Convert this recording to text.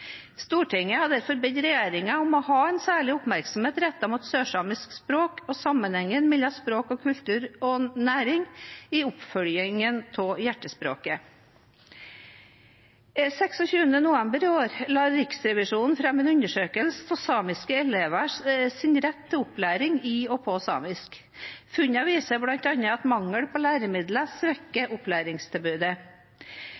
Stortinget har derfor bedt regjeringen om å ha en særlig oppmerksomhet rettet mot sørsamisk språk og sammenhengen mellom språk, kultur og næring i oppfølgingen av Hjertespråket. Den 26. november i år la Riksrevisjonen fram en undersøkelse av samiske elevers rett til opplæring i og på samisk. Funnene viser bl.a. at mangel på læremidler svekker